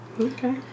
Okay